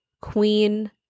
Queen